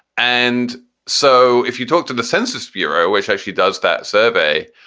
and so if you talk to the census bureau, which actually does that survey,